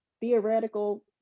theoretical